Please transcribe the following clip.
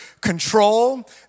control